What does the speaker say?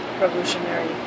revolutionary